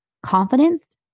Confidence